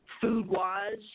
food-wise